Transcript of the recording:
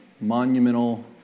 Monumental